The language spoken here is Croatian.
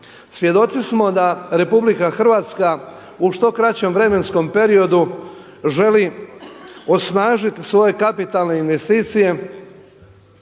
Svjedoci smo da RH u što kraćem vremenskom periodu želi osnažiti svoje kapitalne investicije,